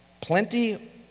plenty